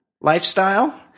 lifestyle